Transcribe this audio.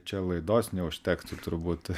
čia laidos neužtektų turbūt